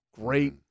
great